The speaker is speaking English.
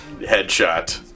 headshot